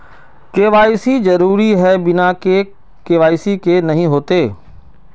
KYC जरुरी है बिना के.वाई.सी के नहीं होते?